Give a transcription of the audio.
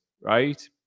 right